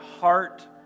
heart